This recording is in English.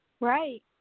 right